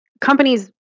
companies